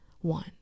One